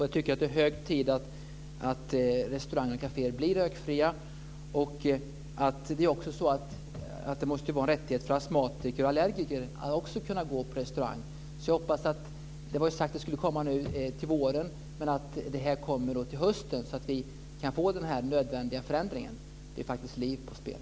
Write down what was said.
Jag tycker att det är hög tid att restauranger och kaféer blir rökfria. Det måste vara en rättighet för astmatiker och allergiker att också kunna gå på restaurang. Det var sagt att det skulle komma ett förslag till våren. Därför hoppas jag nu att det kommer i höst så att vi kan få den här nödvändiga förändringen. Det är faktiskt liv som står på spel.